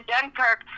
Dunkirk